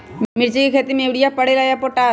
मिर्ची के खेती में यूरिया परेला या पोटाश?